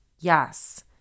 Yes